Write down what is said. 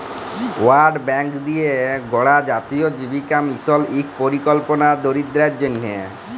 world Bank দিঁয়ে গড়া জাতীয় জীবিকা মিশল ইক পরিকল্পলা দরিদ্দরদের জ্যনহে